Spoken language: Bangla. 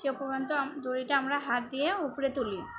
সে পর্যন্ত দড়িটা আমরা হাত দিয়ে উপরে তুলি